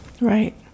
Right